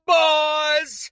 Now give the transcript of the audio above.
boys